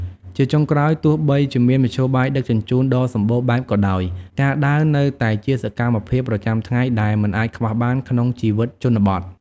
ជាចុងក្រោយ ទោះបីជាមានមធ្យោបាយដឹកជញ្ជូនដ៏សម្បូរបែបក៏ដោយ ការដើរ នៅតែជាសកម្មភាពប្រចាំថ្ងៃដែលមិនអាចខ្វះបានក្នុងជីវិតជនបទ។